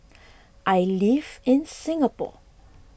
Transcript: I live in Singapore